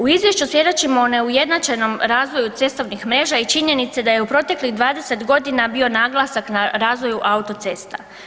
U izvješću svjedočimo o neujednačenom razvoju cestovnih mreža i činjenice da je u proteklih 20.g. bio naglasak na razvoju autocesta.